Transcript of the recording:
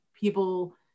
people